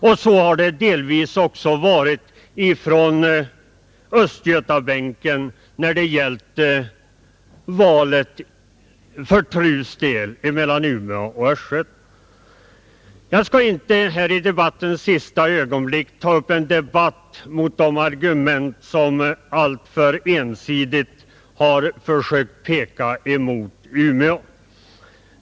Och så har det delvis också varit ifrån Östgötabänken när det gällt valet för TRU:s del mellan Umeå och Norrköping. Jag skall inte nu i debattens sista ögonblick ta upp diskussion rörande de argument som man ensidigt har försökt rikta emot Umeå.